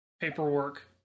paperwork